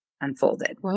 unfolded